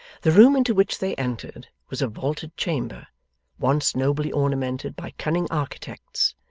the room into which they entered was a vaulted chamber once nobly ornamented by cunning architects,